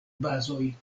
bazoj